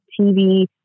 TV